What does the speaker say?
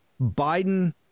Biden